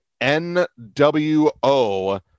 NWO